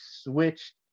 switched